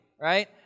right